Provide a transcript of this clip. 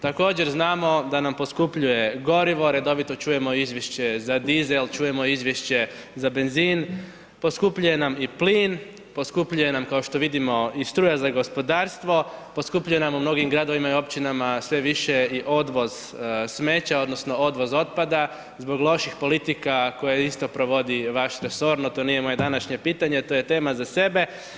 Također znamo da nam poskupljuje gorivo, redovito čujemo izvješće za dizel, čujemo izvješće za benzin, poskupljuje nam i plin, poskupljuje nam kao što vidimo i struja za gospodarstvo, poskupljuje nam u mnogim gradovima i općinama sve više i odvoz smeća odnosno odvoz otpada zbog loših politika koje isto provodi vaš resor, no to nije moje današnje pitanje, to je tema za sebe.